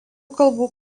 kalbų